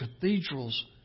cathedrals